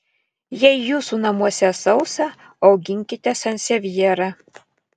jei jūsų namuose sausa auginkite sansevjerą